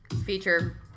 feature